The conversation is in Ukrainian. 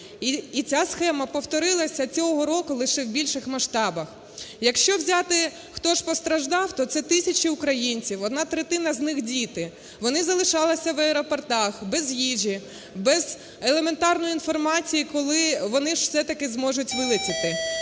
І ця схема повторилася цього року, лише в більших масштабах. Якщо взяти, хто ж постраждав, то це тисяча українців, одна третина з них – діти. Вони залишалися в аеропортах без їжі, без елементарної інформації, коли вони ж все-таки зможуть вилетіти.